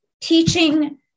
teaching